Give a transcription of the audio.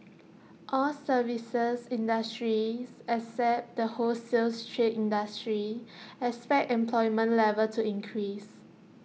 all services industries except the wholesales trade industry expect employment level to increase